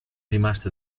rimaste